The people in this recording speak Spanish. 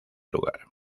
lugar